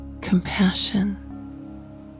compassion